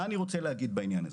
מה אני רוצה להגיד בעניין הזה?